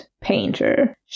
painter